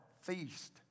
Feast